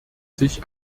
sich